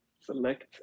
select